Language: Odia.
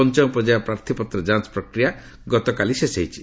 ପଞ୍ଚମ ପର୍ଯ୍ୟାୟ ପ୍ରାର୍ଥୀପତ୍ର ଯାଞ୍ଚ ପ୍ରକ୍ରିୟା ଗତକାଲି ଶେଷ ହୋଇଛି